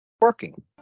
working